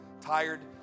tired